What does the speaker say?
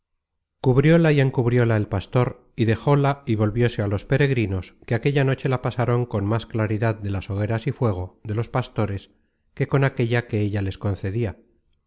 hermanos cubrióla y encubrióla el pastor y dejóla y vol vióse á los peregrinos que aquella noche la pasaron con más claridad de las hogueras y fuego de los pastores que con aquella que ella les concedia